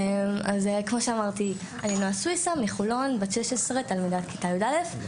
אז כמו שאמרתי אני נועה סוויסה מחולון בת ,16 תלמידת כיתה י"א.